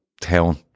town